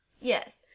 Yes